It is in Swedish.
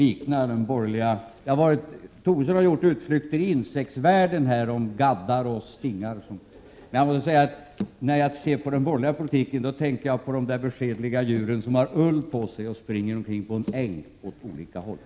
Lars Tobisson har här använt uttryck från insektsvärlden — gaddar, sting och sådant. När jag ser på den borgerliga politiken tänker jag på de där beskedliga djuren som har ull och springer omkring på en äng åt olika håll.